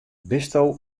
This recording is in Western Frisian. bisto